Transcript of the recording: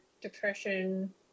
depression